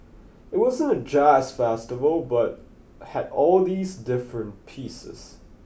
it wasn't a jazz festival but had all these different pieces